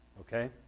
Okay